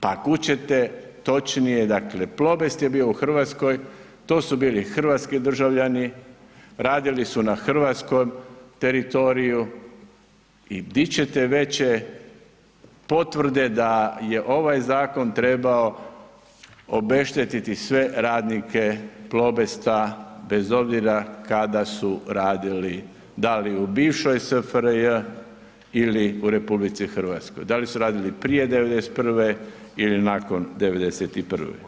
Pa kud ćete točnije, dakle Plobest je bio u RH, to su bili hrvatski državljani, radili su na hrvatskom teritoriju i di ćete veće potvrde da je ovaj zakon trebao obeštetiti sve radnike Plobesta bez obzira kada su radili, da li u bivšoj SFRJ ili u RH, da li su radili prije '91. ili nakon '91.